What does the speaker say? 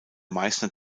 meißner